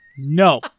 No